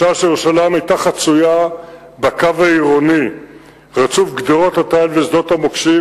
בשעה שירושלים היתה חצויה בקו העירוני רצוף גדרות תיל ושדות מוקשים,